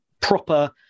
proper